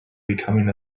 becoming